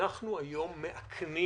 אנחנו היום מאכנים